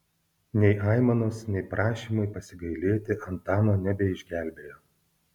nei aimanos nei prašymai pasigailėti antano nebeišgelbėjo